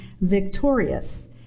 victorious